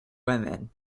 women